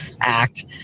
act